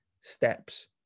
steps